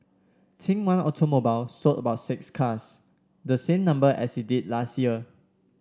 think One Automobile sold about six cars the same number as it did last year